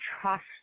trust